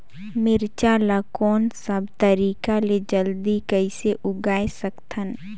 मिरचा ला कोन सा तरीका ले जल्दी कइसे उगाय सकथन?